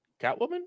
Catwoman